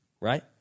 right